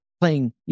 playing